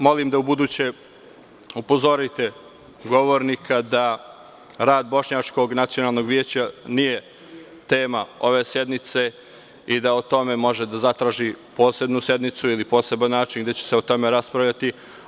Molim vas da ubuduće upozorite govornika da rad bošnjačkog nacionalnog veća nije tema ove sednice i da o tome može da zatraži posebnu sednicu ili poseban način gde će se o tome raspravljati.